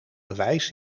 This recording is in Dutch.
bewijs